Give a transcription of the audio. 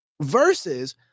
versus